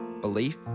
belief